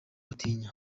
batinya